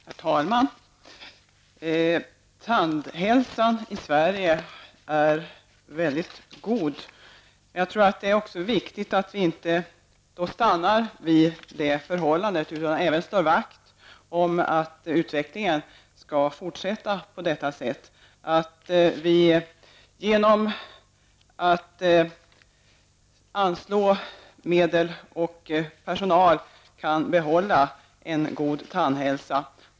Herr talman! Tandhälsan i Sverige är mycket god. Men jag tror att det är viktigt att vi inte stannar vid det förhållandet utan även slår vakt om att utvecklingen fortsätter -- att vi anslår medel och personal så att vi kan behålla en god tandhälsa.